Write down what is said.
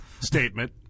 statement